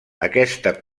aquesta